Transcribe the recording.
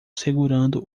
segurando